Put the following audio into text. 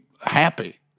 happy